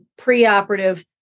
preoperative